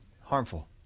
harmful